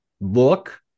look